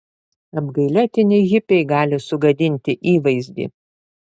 apgailėtini hipiai gali sugadinti įvaizdį